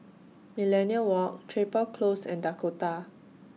Millenia Walk Chapel Close and Dakota